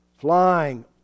flying